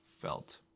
felt